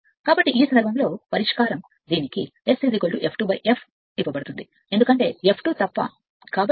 కాబట్టి ఈ సందర్భంలో పరిష్కారం దీనికి S f2 f ఇవ్వబడుతుంది